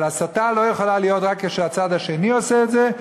אבל הסתה לא יכולה להיות רק כשהצד השני עושה את זה,